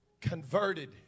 converted